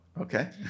Okay